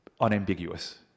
unambiguous